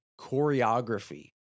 choreography